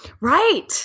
Right